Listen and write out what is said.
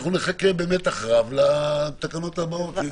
אנחנו נחכה במתח רב לתקנות הבאות.